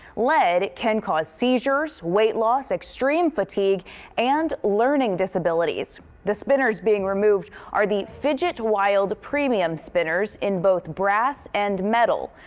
lead can cause seizures, weight loss, extreme fatigue and learning disabilities the spinners being removed are the fidget wild premium spinners in both brass and metal.